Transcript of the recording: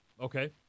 Okay